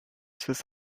swiss